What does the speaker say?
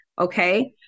okay